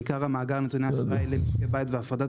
בעיקר מאגר נתוני האשראי למשקי בית והפרדת